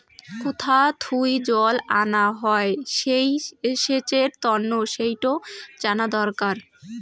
কুথা থুই জল আনা হই সেচের তন্ন সেইটো জানা দরকার